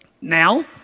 Now